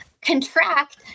contract